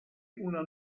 una